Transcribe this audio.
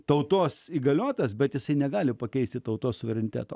tautos įgaliotas bet jisai negali pakeisti tautos suvereniteto